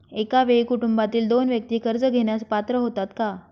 एका वेळी कुटुंबातील दोन व्यक्ती कर्ज घेण्यास पात्र होतात का?